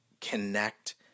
connect